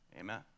Amen